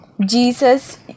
Jesus